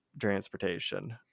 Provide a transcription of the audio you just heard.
transportation